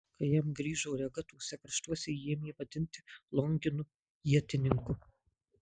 kai jam grįžo rega tuose kraštuose jį ėmė vadinti longinu ietininku